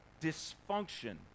dysfunction